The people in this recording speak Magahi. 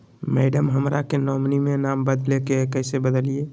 मैडम, हमरा के नॉमिनी में नाम बदले के हैं, कैसे बदलिए